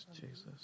Jesus